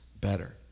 better